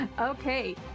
Okay